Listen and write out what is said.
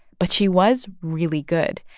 but she was really good.